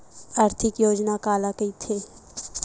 आर्थिक योजना काला कइथे?